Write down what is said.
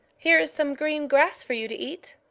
here is some green grass for you to eat.